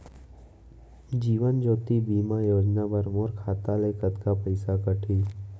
जीवन ज्योति बीमा योजना बर मोर खाता ले कतका पइसा कटही?